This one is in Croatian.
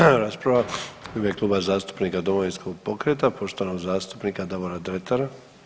Slijedi rasprava u ime Kluba zastupnika Domovinskog pokreta poštovanog zastupnika Davora Dretara.